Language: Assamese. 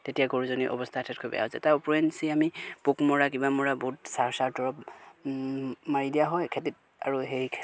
তেতিয়া গৰুজনী অৱস্থা আটাইতকৈ বেয়া হৈ যাই তাৰ ওপৰেঞ্চি আমি পোক মৰা কিবা মৰা বহুত চাৰ চাৰ দৰৱ মাৰি দিয়া হয় খেতিত আৰু সেই